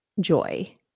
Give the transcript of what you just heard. joy